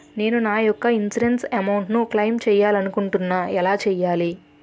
నేను నా యెక్క ఇన్సురెన్స్ అమౌంట్ ను క్లైమ్ చేయాలనుకుంటున్నా ఎలా చేయాలి?